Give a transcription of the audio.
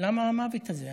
למה המוות הזה?